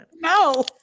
No